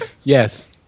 yes